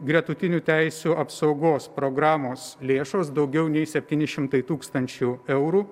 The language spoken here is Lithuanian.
gretutinių teisių apsaugos programos lėšos daugiau nei septyni šimtai tūkstančių eurų